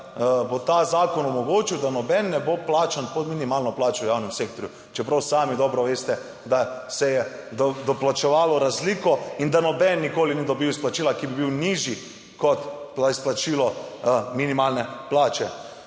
bo ta zakon omogočil, da noben ne bo plačan pod minimalno plačo v javnem sektorju, čeprav sami dobro veste, da se je doplačevalo razliko in da noben nikoli ni dobil izplačila, ki bi bil nižji kot izplačilo minimalne plače.